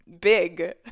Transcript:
big